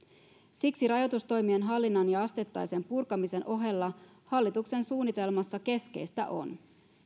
siksi rajoitustoimien hallinnan ja asteittaisen purkamisen ohella hallituksen suunnitelmassa keskeistä on